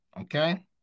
Okay